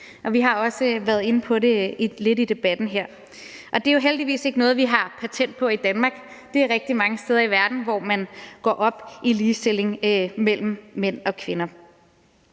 vi har også været lidt inde på det i debatten her. Og det er jo heldigvis ikke noget, vi har patent på i Danmark. Der er rigtig mange steder i verden, hvor man går op i ligestilling mellem mænd og kvinder.